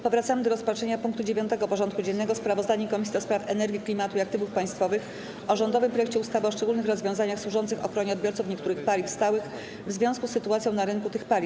Powracamy do rozpatrzenia punktu 9. porządku dziennego: Sprawozdanie Komisji do Spraw Energii, Klimatu i Aktywów Państwowych o rządowym projekcie ustawy o szczególnych rozwiązaniach służących ochronie odbiorców niektórych paliw stałych w związku z sytuacją na rynku tych paliw.